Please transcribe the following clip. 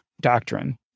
doctrine